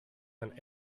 ein